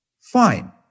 Fine